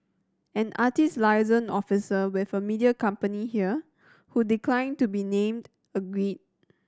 an artist liaison officer with a media company here who declined to be named agreed